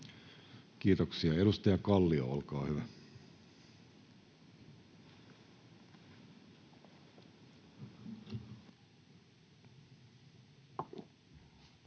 Kiitoksia. — Edustaja Kallio, olkaa hyvä. [Speech